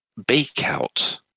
Bakeout